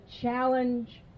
challenge